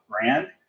brand